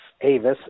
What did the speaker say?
Avis